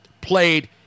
played